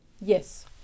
Yes